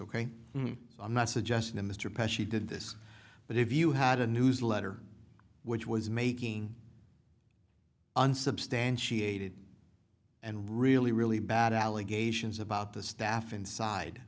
ok i'm not suggesting to mr peshitta this but if you had a newsletter which was making unsubstantiated and really really bad allegations about the staff inside